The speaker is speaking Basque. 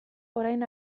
orain